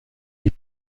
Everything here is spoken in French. les